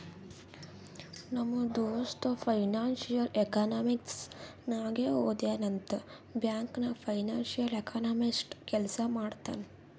ನಮ್ ದೋಸ್ತ financial economics ನಾಗೆ ಓದ್ಯಾನ್ ಅಂತ್ ಬ್ಯಾಂಕ್ ನಾಗ್ ಫೈನಾನ್ಸಿಯಲ್ ಎಕನಾಮಿಸ್ಟ್ ಕೆಲ್ಸಾ ಮಾಡ್ತಾನ್